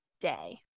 day